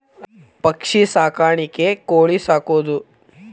ಪಕ್ಷಿ ಸಾಕಾಣಿಕೆ ಕೋಳಿ ಸಾಕುದು